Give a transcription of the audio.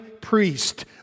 priest